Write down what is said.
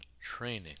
training